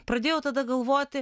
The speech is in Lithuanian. pradėjau tada galvoti